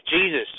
Jesus